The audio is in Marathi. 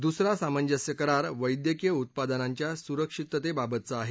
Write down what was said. दुसरा सामंजस्य करार वैद्यकीय उत्पादनांच्या सुरक्षिततेबाबतचा आहे